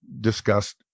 discussed